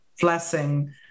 blessing